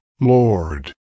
Lord